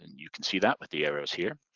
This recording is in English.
and you can see that with the arrows here.